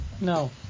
No